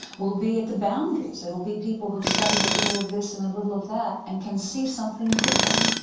will be at the boundaries, it'll be people who've studied a little of this and a little of that and can see something different,